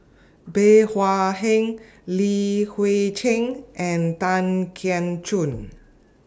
Bey Hua Heng Li Hui Cheng and Tan Keong Choon